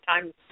time